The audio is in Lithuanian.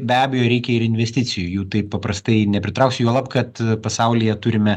be abejo reikia ir investicijų taip paprastai nepritrauksi juolab kad pasaulyje turime